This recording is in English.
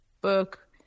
book